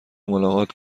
ملاقات